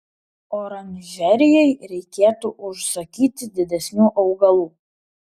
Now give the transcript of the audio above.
oranžerijai reikėtų užsakyti didesnių augalų